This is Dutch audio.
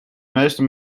meeste